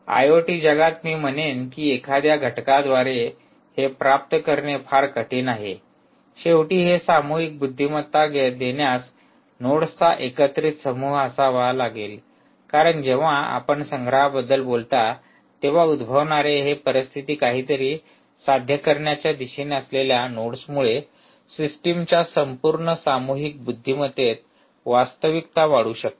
IoT जगात मी म्हणेन की एखाद्या एका घटकाद्वारे हे प्राप्त करणे फार कठीण आहे शेवटी हे सामूहिक बुद्धिमत्ता देण्यास नोड्सचा एकत्रित समूह असावा लागेल कारण जेव्हा आपण संग्रहाबद्दल बोलता तेव्हा उद्भवणारे हे परिस्थिती काहीतरी साध्य करण्याच्या दिशेने असलेल्या नोड्समुळे सिस्टमच्या संपूर्ण सामूहिक बुद्धिमत्तेत वास्तविकता वाढू शकते